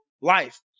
life